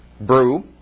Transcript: brew